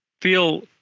feel